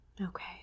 Okay